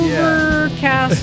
Overcast